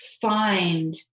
find